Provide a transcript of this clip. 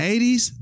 80s